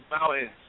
mountains